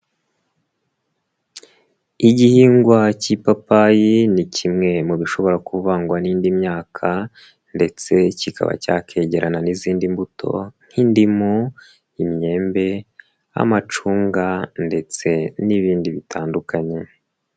Igihingwa k'ipapayi ni kimwe mu bishobora kuvangwa n'indi myaka, ndetse kikaba cyakegerana n'izindi mbuto; nk'indimu, imyembe, amacunga, ndetse n'ibindi bitandukanye.